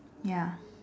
ya